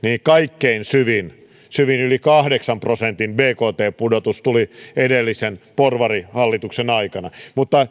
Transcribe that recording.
kaikkein syvin syvin yli kahdeksan prosentin bkt pudotus tuli edellisen porvarihallituksen aikana mutta